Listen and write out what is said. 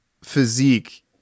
Physique